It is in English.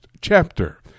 chapter